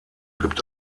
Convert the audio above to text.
gibt